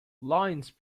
lines